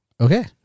okay